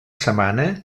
setmana